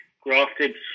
grafted